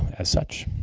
as such.